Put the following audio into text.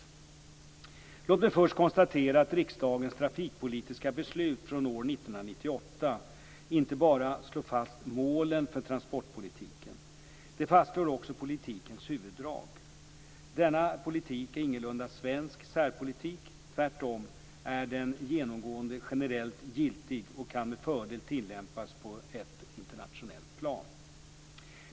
Låt mig först konstatera att riksdagens trafikpolitiska beslut från år 1998 inte bara slår fast målen för transportpolitiken. Det fastslår också politikens huvuddrag. Denna politik är ingalunda svensk särpolitik. Tvärtom är den genomgående generellt giltig och kan med fördel tillämpas på ett internationellt plan.